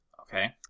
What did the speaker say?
okay